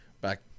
back